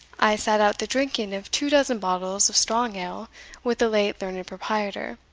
i sat out the drinking of two dozen bottles of strong ale with the late learned proprietor,